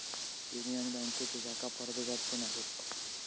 union बँकेचे शाखा परदेशात पण असत